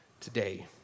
today